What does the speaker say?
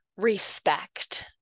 Respect